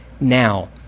now